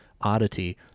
oddity